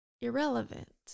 irrelevant